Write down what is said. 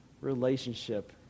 relationship